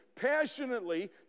passionately